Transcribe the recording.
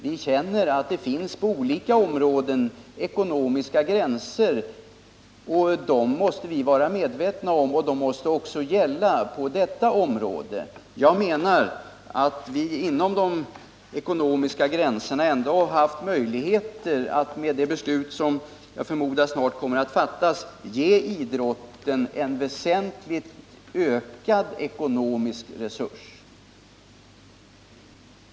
Vi måste vara medvetna om att det finns ekonomiska gränser på olika områden, och dessa måste gälla också på detta område. Jag menar att vi inom de ekonomiska gränserna ändå har haft möjligheter — liksom blir fallet i och med det beslut som jag förmodar snart kommer att fattas — att ge idrotten en väsentligt utökad ekonomisk resurs.